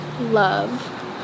Love